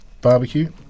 barbecue